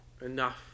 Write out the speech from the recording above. enough